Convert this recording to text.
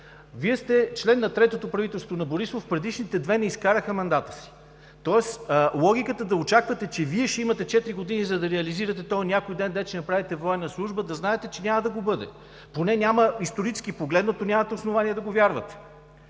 Вие сте член на третото правителство на Борисов. Предишните две не изкараха мандата си. Тоест, логиката да очаквате, че Вие ще имате четири години, за да реализирате този „някой ден“, където ще направите военна служба, да знаете, че няма да го бъде. Поне историческо погледнато, нямате основание да го вярвате.